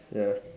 ya